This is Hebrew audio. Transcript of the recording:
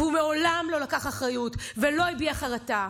והוא מעולם לא לקח אחריות ולא הביע חרטה,